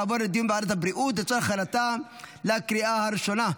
ותעבור לדיון בוועדת הבריאות לצורך הכנתה לקריאה הראשונה.